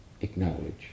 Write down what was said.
acknowledge